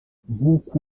nk’uko